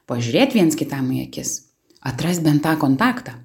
pažiūrėt viens kitam į akis atrast bent tą kontaktą